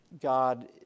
God